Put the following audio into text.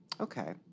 Okay